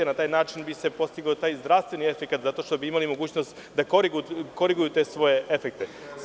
Na taj način bi se postigao taj zdravstveni efekat zato što bi imali mogućnost da koriguju te svoje efekte.